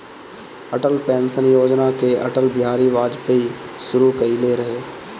Atal pension योजना के अटल बिहारी वाजपयी शुरू कईले रलें